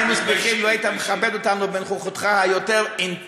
היינו שמחים לו היית מכבד אותנו בנוכחותך היותר-אינטימית.